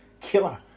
killer